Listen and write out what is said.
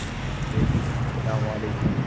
ٹھیک ہے میم السّلام علیکم